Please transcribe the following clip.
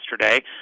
yesterday